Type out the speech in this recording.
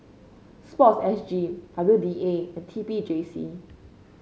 sports S G W D A and T P J C